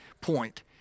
point